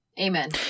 Amen